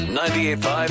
98.5